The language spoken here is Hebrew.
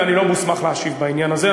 ואני לא מוסמך להשיב בעניין הזה,